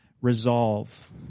resolve